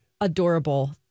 Adorable